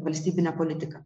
valstybinę politiką